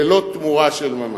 בלא תמורה של ממש.